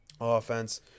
offense